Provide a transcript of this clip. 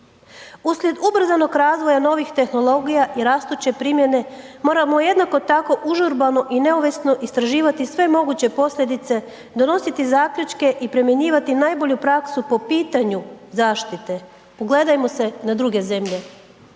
Uslijed ubrzanog razvoja novih tehnologija i rastuće primjene, moramo jednako tako užurbano i neovisno istraživati sve moguće posljedice, donositi zaključke i primjenjivati najbolju praksu po pitanju zaštite, ugledajmo se na druge zemlje.